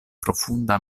profunda